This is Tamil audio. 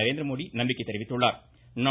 நரேந்திரமோதி நம்பிக்கை தெரிவித்துள்ளா்